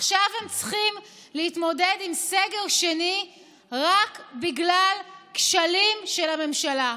עכשיו הם צריכים להתמודד עם סגר שני רק בגלל כשלים של הממשלה,